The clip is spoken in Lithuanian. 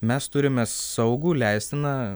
mes turime saugų leistiną